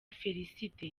félicité